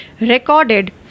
recorded